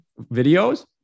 videos